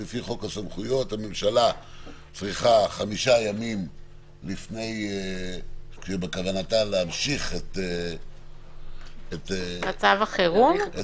הממשלה צריכה חמישה ימים לפני שבכוונתה להמשיך את מצב החירום - מי